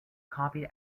copied